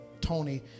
tony